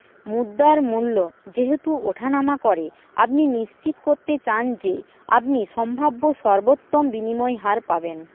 মুদ্রার মূল্য যেহেতু ওঠানামা করে আপনি নিশ্চিত করতে চান যে আপনি সম্ভাব্য সর্বোত্তম বিনিময় হার পাবেন